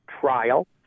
trial